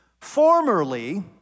Formerly